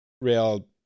real